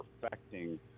perfecting